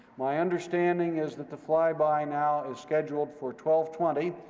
my understanding is that the flyby now is scheduled for twelve twenty,